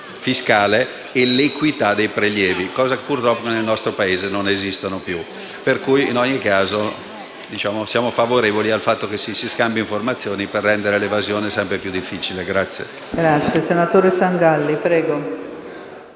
fiscale e l'equità dei prelievi, cose che, purtroppo, nel nostro Paese non esistono più. In ogni caso, siamo favorevoli allo scambio di informazioni per rendere l'evasione sempre più difficile.